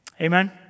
Amen